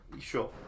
Sure